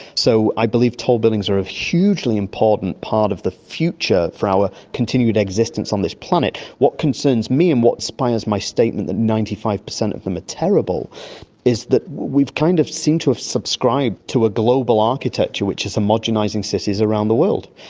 so i believe tall buildings are a hugely important part of the future for our continued existence on this planet. what concerns me and what inspires my statement that ninety five percent of them are terrible is that we've kind of seemed to have subscribed to a global architecture which is homogenising cities around the world,